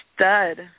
stud